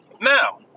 Now